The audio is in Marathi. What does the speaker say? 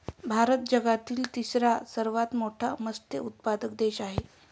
भारत जगातील तिसरा सर्वात मोठा मत्स्य उत्पादक देश आहे